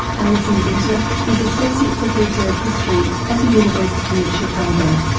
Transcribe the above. alison winter is associate professor of history at the university of chicago.